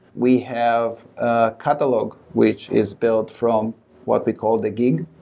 we have a catalog which is built from what they call the gig.